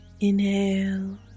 Inhale